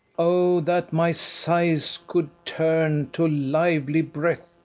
o, that my sighs could turn to lively breath,